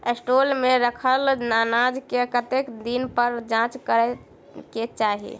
Store मे रखल अनाज केँ कतेक दिन पर जाँच करै केँ चाहि?